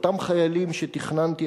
אותם חיילים שתכננתי,